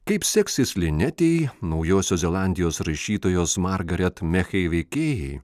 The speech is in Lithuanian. kaip seksis linetei naujosios zelandijos rašytojos margaret mechai veikėjai